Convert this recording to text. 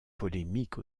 polémique